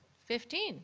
fifteen